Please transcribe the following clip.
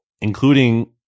including